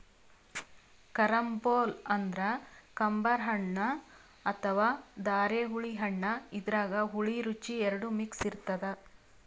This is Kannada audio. ಕರಂಬೊಲ ಅಂದ್ರ ಕಂಬರ್ ಹಣ್ಣ್ ಅಥವಾ ಧಾರೆಹುಳಿ ಹಣ್ಣ್ ಇದ್ರಾಗ್ ಹುಳಿ ರುಚಿ ಎರಡು ಮಿಕ್ಸ್ ಇರ್ತದ್